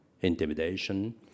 intimidation